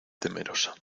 temerosa